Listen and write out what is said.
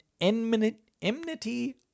enmity